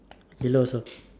yellow also